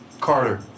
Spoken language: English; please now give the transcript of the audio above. Carter